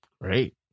Great